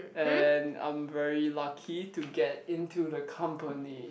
and I'm very lucky to get into the company